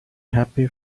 happy